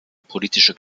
politische